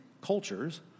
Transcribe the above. cultures